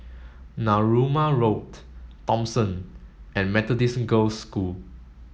Narooma Road Thomson and Methodist Girls' School